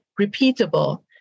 repeatable